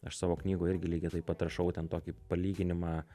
aš savo knygoje irgi lygiai taip pat rašau ten tokį palyginimą